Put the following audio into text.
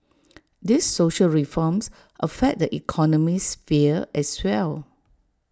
these social reforms affect the economic sphere as well